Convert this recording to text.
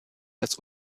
das